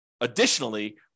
additionally